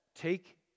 take